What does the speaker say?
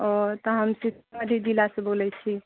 ओ तऽ हम सीतामढ़ी जिलासँ बोलैत छी